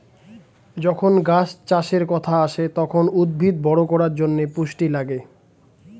যখন গাছ চাষের কথা আসে, তখন উদ্ভিদ বড় করার জন্যে পুষ্টি লাগে